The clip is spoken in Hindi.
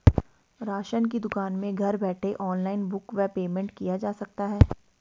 राशन की दुकान में घर बैठे ऑनलाइन बुक व पेमेंट किया जा सकता है?